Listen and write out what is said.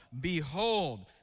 behold